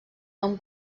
nom